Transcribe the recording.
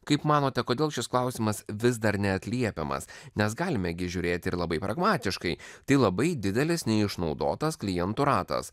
kaip manote kodėl šis klausimas vis dar neatliepiamas nes galime gi žiūrėti ir labai pragmatiškai tai labai didelis neišnaudotas klientų ratas